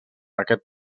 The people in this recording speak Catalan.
aquest